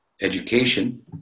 education